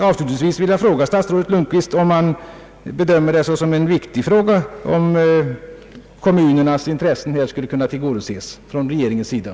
Avslutningsvis vill jag fråga statsrådet Lundkvist om regeringen bedömer det som en viktig fråga om kommunernas intressen skulle kunna tillgodoses i det här avseendet.